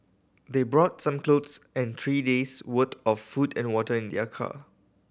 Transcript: they brought some clothes and three days worth of food and water in their car